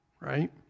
right